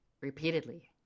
repeatedly